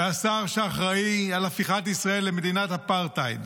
והשר שאחראי להפיכת ישראל למדינת אפרטהייד,